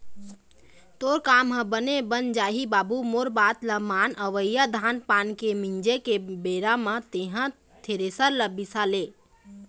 तोर काम ह बने बन जाही बाबू मोर बात ल मान अवइया धान पान के मिंजे के बेरा म तेंहा थेरेसर ल बिसा ले